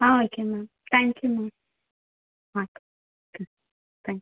ah okay ma'am thank you ma'am ah okay thank you